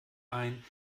ein